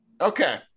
Okay